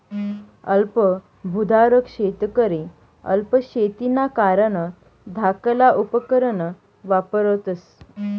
अल्प भुधारक शेतकरी अल्प शेतीना कारण धाकला उपकरणं वापरतस